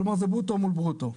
כלומר זה ברוטו מול ברוטו,